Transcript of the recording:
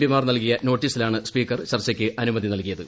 P മാർ നൽകിയെനോട്ടീസിലാണ് speaker ചർച്ചയ്ക്ക് അനുമതി നൽകിയത്